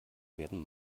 werden